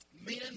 Men